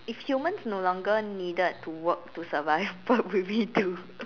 if humans no longer needed to work to survive what would we do